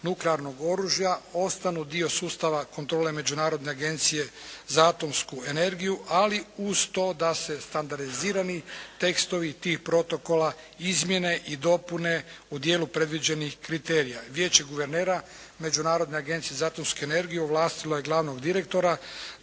nuklearnog oružja ostanu dio sustava kontrole Međunarodne agencije za atomsku energiju. Ali uz to da se standardizirani tekstovi tih protokola izmijene i dopune u dijelu predviđenih kriterija. Vijeće guvernera Međunarodne agencije za atomsku energiju ovlastilo je glavnog direktora